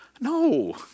No